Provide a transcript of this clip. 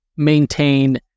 maintain